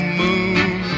moon